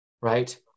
Right